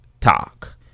talk